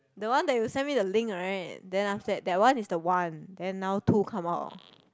the one that you send me the link right then after that that one is the one then now two come out